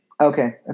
Okay